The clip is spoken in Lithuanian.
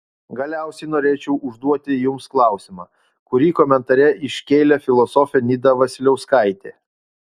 galiausiai norėčiau užduoti jums klausimą kurį komentare iškėlė filosofė nida vasiliauskaitė